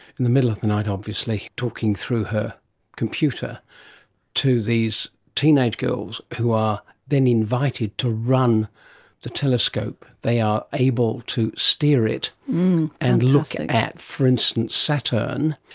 in the middle of the night obviously, talking through her computer to these teenage girls who are then invited to run the telescope. they are able to steer it and look at, for instance, saturn,